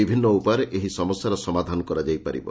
ବିଭିନ୍ନ ଉପାୟରେ ଏହି ସମସ୍ୟାର ସମାଧାନ କରାଯାଇ ପାରିବ